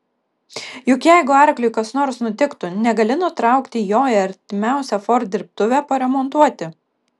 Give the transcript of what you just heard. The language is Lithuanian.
juk jeigu arkliui kas nors nutiktų negali nutraukti jo į artimiausią ford dirbtuvę paremontuoti